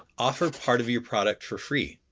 offer part of your product for free.